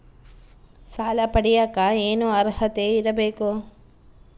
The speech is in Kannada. ಸಾಲ ಪಡಿಯಕ ಏನು ಅರ್ಹತೆ ಇರಬೇಕು?